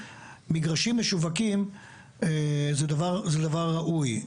מגרשים משווקים זה דבר ראוי.